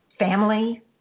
family